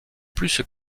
plus